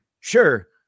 sure